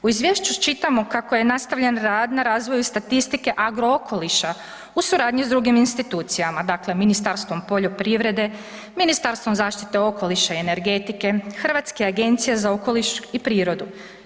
U izvješću čitamo kako je nastavljen rad na razvoju statistike Agrookoliša u suradnji s drugim institucijama, dakle Ministarstvom poljoprivrede, Ministarstvom zaštite okoliša i energetike, Hrvatske agencije za okoliš i prirodu.